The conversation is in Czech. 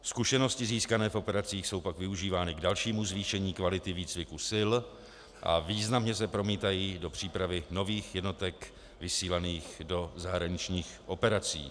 Zkušenosti získané v operacích jsou pak využívány k dalšímu zvýšení kvality výcviku sil a významně se promítají do přípravy nových jednotek vysílaných do zahraničních operací.